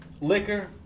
liquor